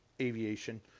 aviation